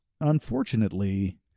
unfortunately